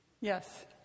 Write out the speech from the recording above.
Yes